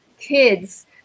kids